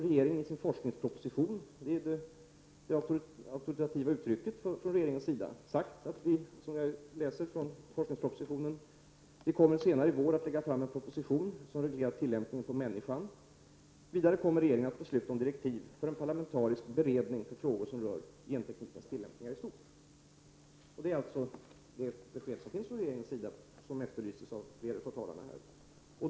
Regeringen har i sin forskningsproposition — den är ju det auktoritativa uttrycket från regeringens sida — sagt att vi senare i vår kommer att lägga fram en proposition som reglerar tillämpningen av genteknik på människor. Vidare kommer regeringen att besluta om direktiv för en parlamentarisk beredning för frågor som rör genteknikens tillämpningar i stort. Det är det besked som finns från regeringens sida, som efterlyses av flera av talarna här.